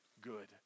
good